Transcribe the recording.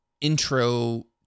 intro